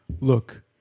Look